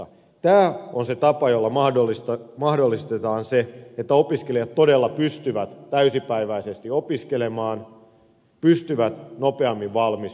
tämä on se tapa jolla mahdollistetaan se että opiskelijat todella pystyvät täysipäiväisesti opiskelemaan pystyvät nopeammin valmistumaan